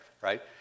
right